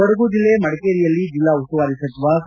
ಕೊಡಗು ಜಿಲ್ಲೆ ಮಡಿಕೇರಿಯಲ್ಲಿ ಜಿಲ್ಲಾ ಉಸ್ತುವಾರಿ ಸಚಿವ ಸಾ